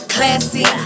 Classy